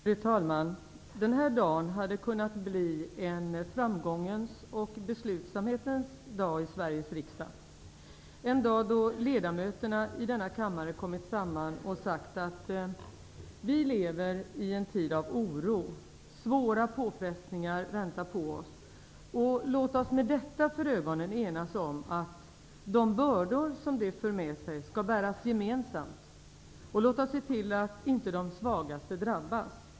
Fru talman! Den här dagen hade kunnat bli en framgångens och beslutsamhetens dag i Sveriges riksdag, en dag då ledamöterna i denna kammare kommit samman och sagt: ''Vi lever i en tid av oro. Svåra påfrestningar väntar oss. Låt oss med detta för ögonen enas om att de bördor som detta för med sig skall bäras gemensamt och låt oss se till att inte de svagaste drabbas.